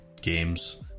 games